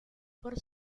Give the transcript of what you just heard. por